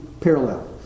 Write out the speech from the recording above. parallel